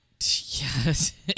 Yes